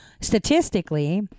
statistically